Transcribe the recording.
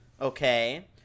okay